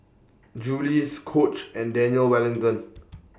Julie's Coach and Daniel Wellington